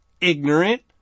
ignorant